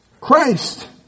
Christ